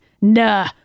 nah